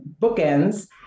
bookends